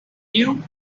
you